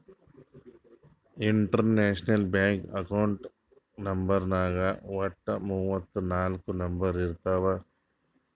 international bank account ನಂಬರ್ನಾಗ್ ವಟ್ಟ ಮೂವತ್ ನಾಕ್ ನಂಬರ್ ಇರ್ತಾವ್